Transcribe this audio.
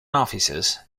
offices